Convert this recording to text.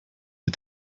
die